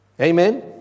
Amen